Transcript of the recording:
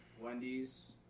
Wendy's